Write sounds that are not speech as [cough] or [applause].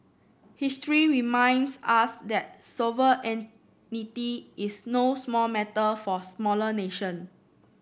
history reminds us that [unintelligible] is no small matter for smaller nation